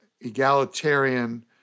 egalitarian